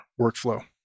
workflow